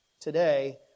today